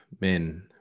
men